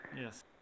yes